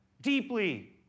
deeply